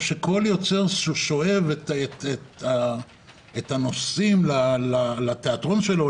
כמו שכל יוצר שואב את הנושאים לתיאטרון שלו,